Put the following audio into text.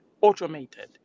automated